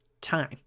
time